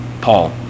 Paul